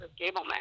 Gableman